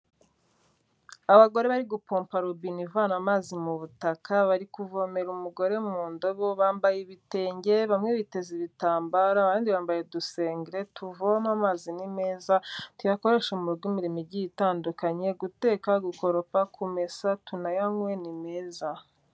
Abagore bari gupompa robine ivana amazi mu butaka, bari kuvomera umugore mu ndobo, bambaye ibitenge, bamwe biteza ibitambaro, abandi bambaye udusengeri, tuvome amazi ni meza, tuyakoreshe mu rugo imirimo igiye itandukanye, guteka, gukoropa, kumesa tunayanywe ni meza.